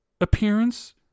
appearance